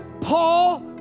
Paul